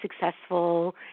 successful